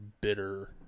bitter